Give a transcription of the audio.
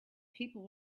people